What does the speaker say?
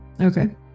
Okay